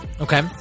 Okay